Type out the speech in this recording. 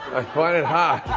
find it hard.